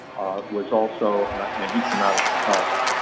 was also, and he came out of chicago.